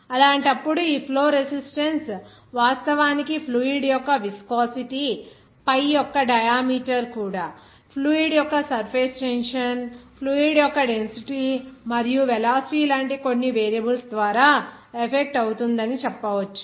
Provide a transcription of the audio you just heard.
అలాంటప్పుడు ఈ flow resistance వాస్తవానికి ఫ్లూయిడ్ యొక్క విస్కోసిటీ pi యొక్క డయామీటర్ కూడా ఫ్లూయిడ్ యొక్క సర్ఫేస్ టెన్షన్ ఫ్లూయిడ్ యొక్క డెన్సిటీ మరియు వెలాసిటీ లాంటి కొన్ని వేరియబుల్స్ ద్వారా ఎఫెక్ట్ అవుతుందని చెప్పవచ్చు